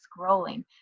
scrolling